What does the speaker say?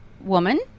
woman